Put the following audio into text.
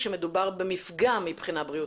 שמדובר במפגע מבחינה בריאותית.